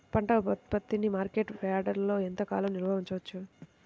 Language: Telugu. పంట ఉత్పత్తిని మార్కెట్ యార్డ్లలో ఎంతకాలం నిల్వ ఉంచవచ్చు?